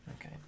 Okay